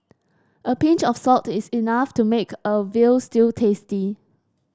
a pinch of salt is enough to make a veal stew tasty